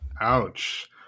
Ouch